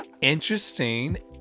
interesting